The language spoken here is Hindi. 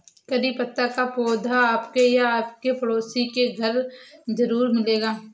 करी पत्ता का पौधा आपके या आपके पड़ोसी के घर ज़रूर मिलेगा